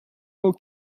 how